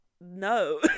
no